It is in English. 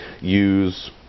use